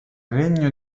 regno